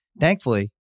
Thankfully